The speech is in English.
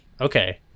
okay